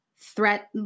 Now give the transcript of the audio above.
threat